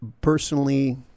Personally